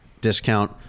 discount